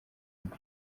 mbi